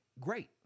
Great